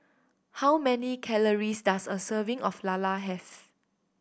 how many calories does a serving of lala have